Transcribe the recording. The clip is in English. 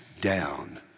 down